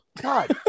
God